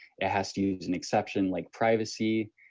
it has to use an exception like privacy,